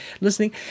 listening